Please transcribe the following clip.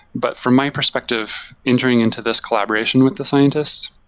but from my perspective, entering into this collaboration with the scientists,